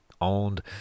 Owned